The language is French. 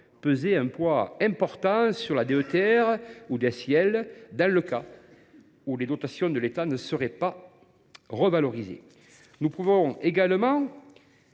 peser un poids important sur la DETR ou la DSIL, au cas où les dotations de l’État ne seraient pas revalorisées. Nous pouvons également